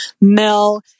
mel